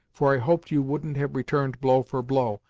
for i hoped you wouldn't have returned blow for blow,